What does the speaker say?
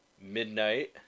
Midnight